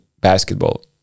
basketball